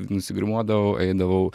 nusigrimuodavau eidavau